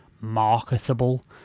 marketable